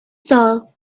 soul